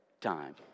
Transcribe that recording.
time